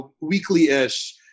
weekly-ish